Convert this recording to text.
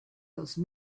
those